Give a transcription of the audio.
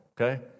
okay